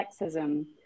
sexism